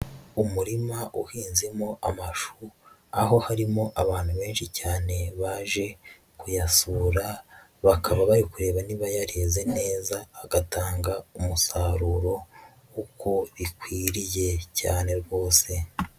Umurima uhinzemo amashu, aho harimo abantu benshi cyane baje kuyasura, bakaba bari kureba niba yareze neza agatanga umusaruro uko bikwiriye cyane rwose.